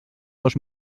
dos